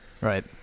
Right